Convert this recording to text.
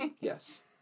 Yes